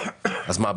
אז מה,